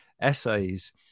essays